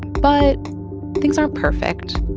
but things aren't perfect.